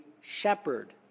shepherd